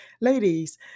Ladies